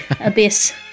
abyss